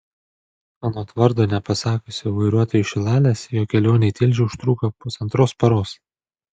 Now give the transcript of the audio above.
anot vardo nepasakiusio vairuotojo iš šilalės jo kelionė į tilžę užtruko pusantros paros